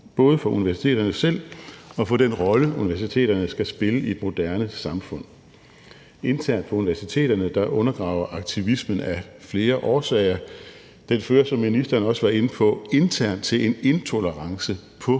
både for universiteterne selv og for den rolle, universiteterne skal spille i et moderne samfund. Internt på universiteterne undergraver aktivismen af flere årsager. Den fører, som ministeren også var inde på, internt til en intolerance på